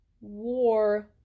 War